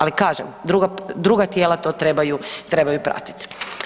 Ali kažem druga tijela to trebaju pratiti.